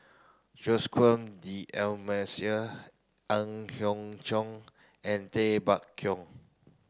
Joaquim Ang Hiong Chiok and Tay Bak Koi